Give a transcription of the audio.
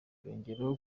yongeyeho